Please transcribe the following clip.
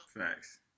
Facts